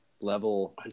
level